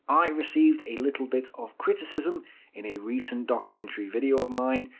i received a little bit of criticism in a recent documentary video of mine.